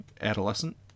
adolescent